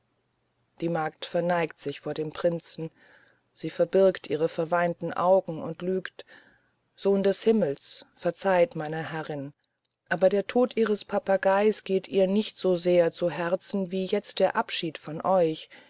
die magd verneigt sich vor dem prinzen sie verbirgt ihre verweinten augen und lügt sohn des himmels verzeiht meiner herrin aber der tod ihres papageis ging ihr nicht so sehr zu herzen wie jetzt der abschied von euch